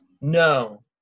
no